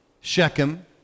Shechem